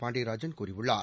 பாண்டியராஜன் கூறியுள்ளார்